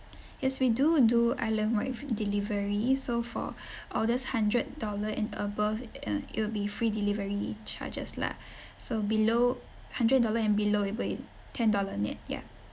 yes we do do islandwide f~ delivery so for orders hundred dollar and above uh it will be free delivery charges lah so below hundred dollar and below it'll be ten dollar nett ya